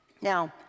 Now